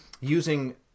using